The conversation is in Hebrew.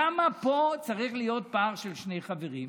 למה פה צריך להיות פער של שני חברים?